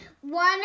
one